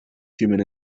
human